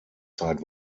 zeit